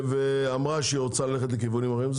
ואמרה שהיא רוצה ללכת לכיוונים אחרים.